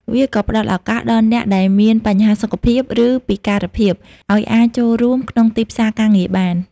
វាក៏ផ្តល់ឱកាសដល់អ្នកដែលមានបញ្ហាសុខភាព ឬពិការភាព ឱ្យអាចចូលរួមក្នុងទីផ្សារការងារបាន។